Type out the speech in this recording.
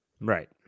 Right